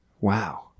wow